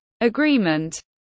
agreement